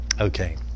Okay